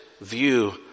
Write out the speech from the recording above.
view